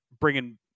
bringing